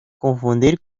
confundir